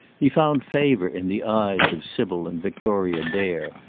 he found favour in the eyes of sybil and victoria dare,